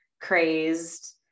crazed